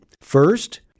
First